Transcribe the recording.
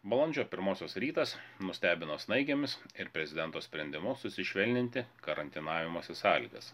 balandžio pirmosios rytas nustebino snaigėmis ir prezidento sprendimu susišvelninti karantinavimosi sąlygas